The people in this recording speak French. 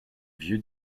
vieux